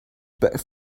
but